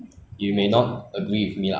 其实我觉得吃这些东西 hor